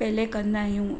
पहिरियों कंदा आहियूं